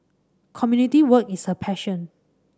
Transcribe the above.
community work is her passion